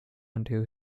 until